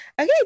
okay